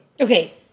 Okay